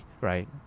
right